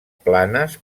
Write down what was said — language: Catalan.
planes